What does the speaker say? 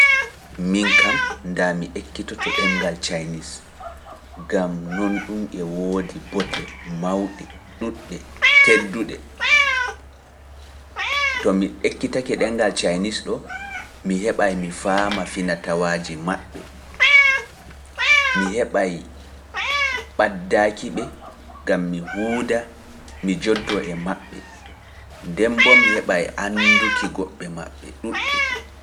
Demngal Chinese. gam ngal nafai, ngal beidai badditinki am e himbe leidi china, ngal beidai faamu dow fina tawaaji mabbe